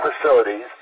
facilities